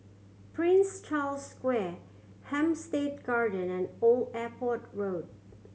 Prince Charles Square Hampstead Garden and Old Airport Road